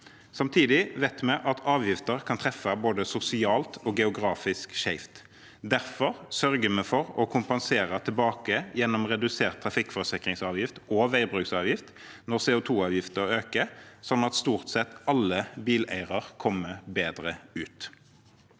Samtidig vet vi at avgifter kan treffe både sosialt og geografisk skjevt. Derfor sørger vi for å kompensere tilbake gjennom redusert trafikkforsikringsavgift og veibruksavgift når CO2-avgiften øker, slik at stort sett alle bileiere kommer bedre ut.